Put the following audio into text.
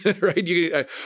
right